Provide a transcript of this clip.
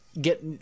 get